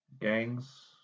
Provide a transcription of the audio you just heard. gangs